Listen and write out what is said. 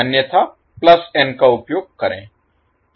अन्यथा n का उपयोग करें